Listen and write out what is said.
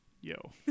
Yo